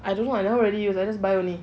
I don't know I never really use I just buy only